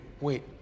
Wait